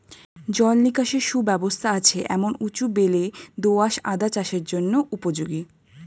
জল নিকাশের সুব্যবস্থা আছে এমন উঁচু বেলে দোআঁশ আদা চাষের জন্য উপযোগী